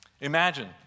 Imagine